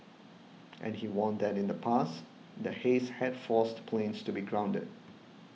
and he warned that in the past the haze had forced planes to be grounded